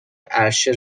عرشه